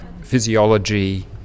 physiology